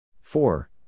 four